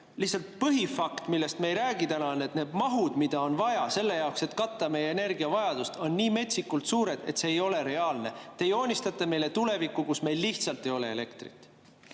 Lihtsalt põhifakt, millest me täna ei räägi, on see, et need mahud, mida on vaja selle jaoks, et katta meie energiavajadust, on nii metsikult suured, et see ei ole reaalne. Te joonistate meile tulevikku, kus meil lihtsalt ei ole elektrit.